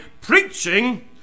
preaching